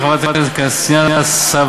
של חברת הכנסת קסינה סַבטַלובה,